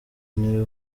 niwe